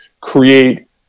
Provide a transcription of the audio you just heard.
create